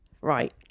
Right